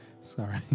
sorry